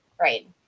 right